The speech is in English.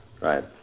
Right